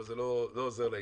אבל זה לא עוזר לעניין.